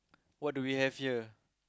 what do we have here